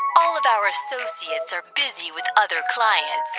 all of our associates are busy with other clients.